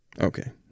Okay